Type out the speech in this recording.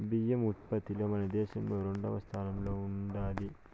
బియ్యం ఉత్పత్తిలో మన దేశం రెండవ స్థానంలో ఉండాది